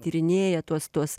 tyrinėja tuos tuos